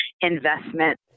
investment